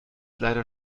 leider